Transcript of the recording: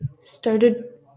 Started